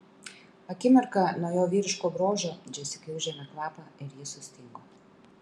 akimirką nuo jo vyriško grožio džesikai užėmė kvapą ir ji sustingo